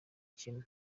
kintu